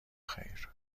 خیر